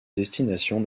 destination